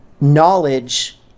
knowledge